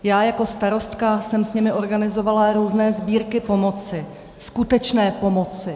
Já jako starostka jsem s nimi organizovala různé sbírky pomoci, skutečné pomoci.